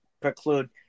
preclude